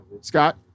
Scott